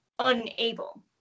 unable